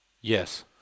Yes